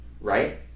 right